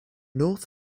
north